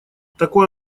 такой